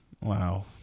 Wow